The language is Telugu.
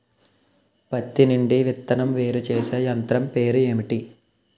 పత్తి నుండి విత్తనం వేరుచేసే యంత్రం పేరు ఏంటి